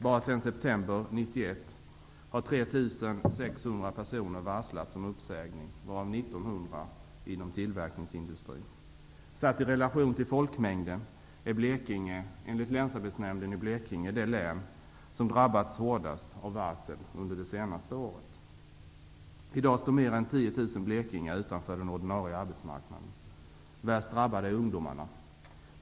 Bara sedan september Länsarbetsnämnden i Blekinge, det län som drabbats hårdast av varsel under det senaste året. I dag står mer än 10 000 blekingar utanför den ordinarie arbetsmarknaden. Värst drabbade är ungdomarna.